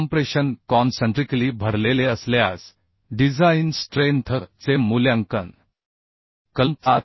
compression concentrically भरलेले असल्यास design strength चे मूल्यांकन कलम 7